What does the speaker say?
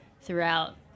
throughout